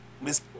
Miss